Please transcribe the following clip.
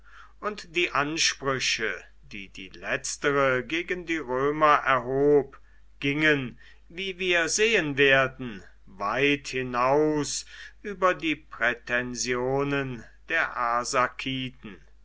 und die ansprüche die die letztere gegen die römer erhob gingen wie wir sehen werden weit hinaus über die prätensionen der